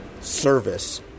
service